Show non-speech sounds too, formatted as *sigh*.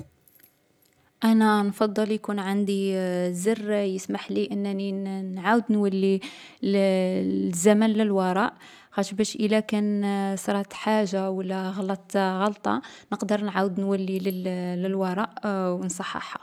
أنا نفضّل يكون عندي *hesitation* زر يسمحلي أنني نـ نعاود نولي لـ *hesitation* الزمن للوراء، خاطش باش إلا كان صرات حاجة و لا غلطت غلطة، نقدر نعاود نولي للـ للوراء و نصحّحها.